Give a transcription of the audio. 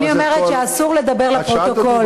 התשע"ד 2014,